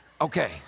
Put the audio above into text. Okay